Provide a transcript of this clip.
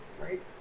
Right